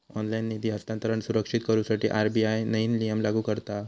online निधी हस्तांतरण सुरक्षित करुसाठी आर.बी.आय नईन नियम लागू करता हा